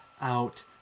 out